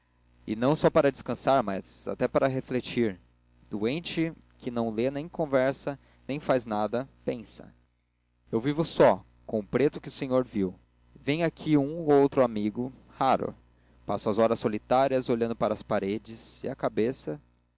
e não só para descansar mas até para refletir doente que não lê nem conversa nem faz nada pensa eu vivo só com o preto que o senhor viu vem aqui um ou outro amigo raro passo as horas solitárias olhando para as paredes e a cabeça